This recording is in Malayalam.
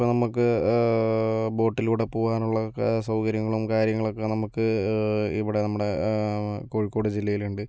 ഇപ്പോൾ നമുക്ക് ബോട്ടിലുടെ പോകാനുള്ള സൗകര്യങ്ങളും കാര്യങ്ങളൊക്കെ നമുക്ക് ഇവിടെ നമ്മുടെ കോഴിക്കോട് ജില്ലയിലുണ്ട്